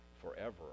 forever